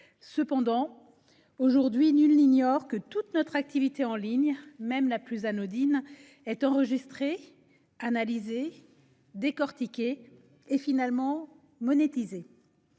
de nos jours, que toute notre activité en ligne, même la plus anodine, est enregistrée, analysée, décortiquée et finalement monétisée.